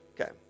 Okay